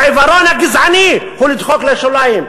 העיוורון הגזעני הוא לדחוק לשוליים.